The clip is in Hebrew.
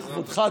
לכבודך,